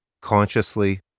consciously